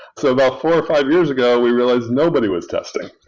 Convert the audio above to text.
so about four or five years ago, we realized nobody was testing,